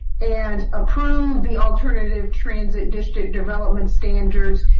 and approve the alternative transit district development standards,